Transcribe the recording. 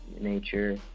Nature